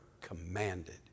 commanded